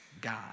God